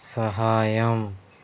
సహాయం